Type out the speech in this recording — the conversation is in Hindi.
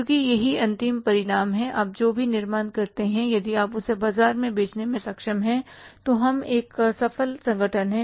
क्योंकि यही अंतिम परिणाम है आप जो भी निर्माण करते हैं यदि आप उसे बाजार में बेचने में सक्षम हैं तो हम एक सफल संगठन हैं